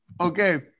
Okay